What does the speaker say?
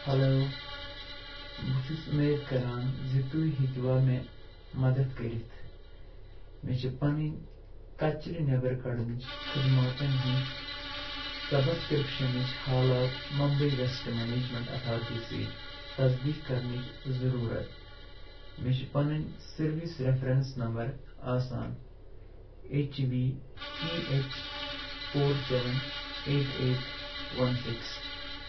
hello بہٕ چھُس اُمید کَران ز تُہۍ ہیٚکوا مےٚ مدد کٔرتھ مےٚ چھ پنٕنۍ کچرٕ نؠبر کٔڈنٕچ خدماتن ہٕنٛز سبسکرٛپشنٕچ حالات ممبئی ویسٹ مینجمٮ۪نٛٹ اتھارٹی سۭتۍ تصدیٖق کَرنٕچ ضروٗرت مےٚ چھُ پنٕنۍ سٔروِس ریفرنس نمبر آسان H V T H four seven eight eight one six